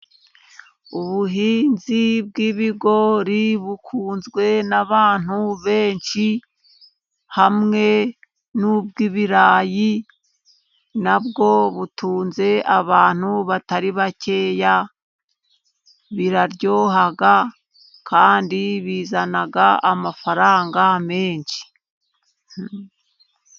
Ubuhinzi bw'ibigori bukunzwe n'abantu benshi, hamwe n'ubw'ibirayi na bwo butunze abantu batari bakeya. biraryoha kandi bizana amafaranga menshi.